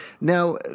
Now